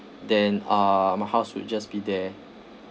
then uh my house would just be there